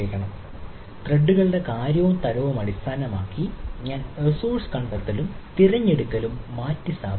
വളരെയധികം ത്രെഡുകളും കാര്യങ്ങളുടെ തരവും അടിസ്ഥാനമാക്കി ഞാൻ റിസോഴ്സ് കണ്ടെത്തലും തിരഞ്ഞെടുക്കലും മാറ്റിസ്ഥാപിക്കുന്നു